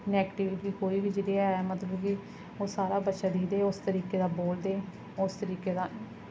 negativity कोई बी ऐ जेह्दी ऐ कि मतलब कि ओह् सारा बच्चे दिखदे उस तरीके दा बोलदे उस तरीके दा